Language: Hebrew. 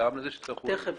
שאלה מסובכת --- אני מסכים